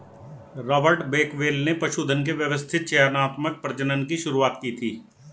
Robert Bakewell ने पशुधन के व्यवस्थित चयनात्मक प्रजनन की शुरुआत की थी